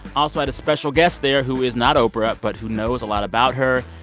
also had a special guest there who is not oprah but who knows a lot about her.